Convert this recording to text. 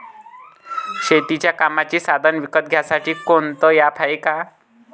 शेतीच्या कामाचे साधनं विकत घ्यासाठी कोनतं ॲप हाये का?